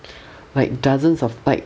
like dozens of type